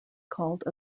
called